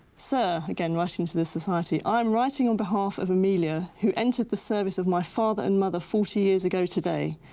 sir again, writing to the society, i am writing on behalf of amelia who entered the service of my father and mother forty years ago today.